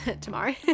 Tomorrow